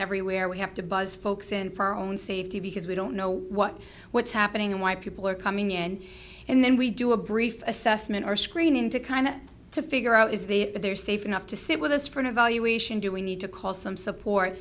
everywhere we have to buzz folks in for our own safety because we don't know what what's happening and why people are coming in and then we do a brief assessment or screening to kind of to figure out is the they're safe enough to sit with us for an evaluation do we need to call some support